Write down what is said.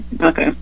Okay